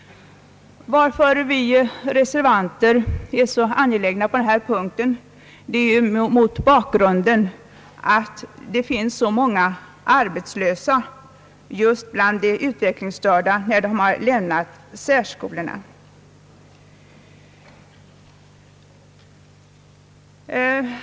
Att vi reservanter är så angelägna på denna punkt får ses mot bakgrunden av att det finns så många arbetslösa bland de utvecklingsstörda just när de har lämnat särskolorna.